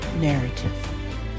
narrative